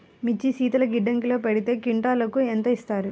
మిర్చి శీతల గిడ్డంగిలో పెడితే క్వింటాలుకు ఎంత ఇస్తారు?